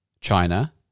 China